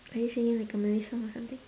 are you sure you like a malay song or something